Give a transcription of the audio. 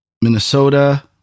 Minnesota